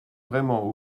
vraiment